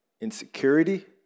insecurity